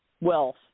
wealth